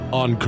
on